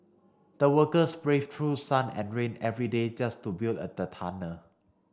the workers braved through sun and rain every day just to build a the tunnel